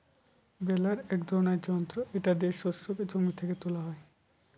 বেলার এক ধরনের যন্ত্র এটা দিয়ে শস্যকে জমি থেকে তোলা হয়